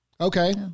Okay